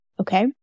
okay